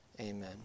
Amen